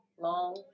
long